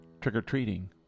trick-or-treating